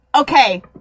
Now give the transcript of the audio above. okay